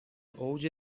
اوج